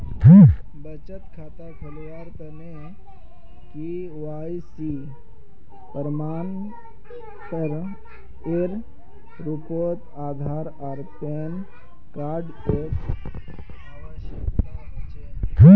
बचत खता खोलावार तने के.वाइ.सी प्रमाण एर रूपोत आधार आर पैन कार्ड एर आवश्यकता होचे